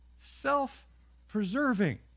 self-preserving